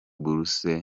bourses